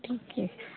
ठीक आहे